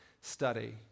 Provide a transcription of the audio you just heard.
study